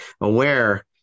aware